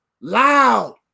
loud